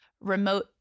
remote